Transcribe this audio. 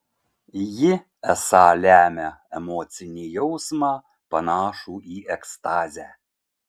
ji esą lemia emocinį jausmą panašų į ekstazę